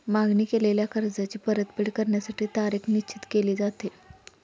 मागणी केलेल्या कर्जाची परतफेड करण्यासाठी तारीख निश्चित केली जाते